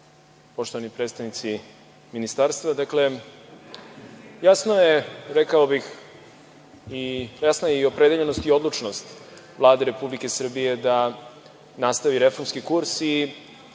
poštovani predstavnici ministarstva, dakle, jasno je rekao bih i jasnost, opredeljenost i odlučnost Vlade Republike Srbije da nastavi reformski kurs i